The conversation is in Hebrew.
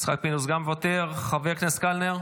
גם מוותר, חבר הכנסת קלנר,